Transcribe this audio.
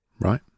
Right